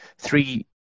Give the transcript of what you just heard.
three